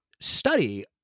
study